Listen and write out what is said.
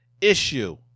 issue